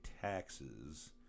taxes